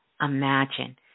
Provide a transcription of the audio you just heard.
imagine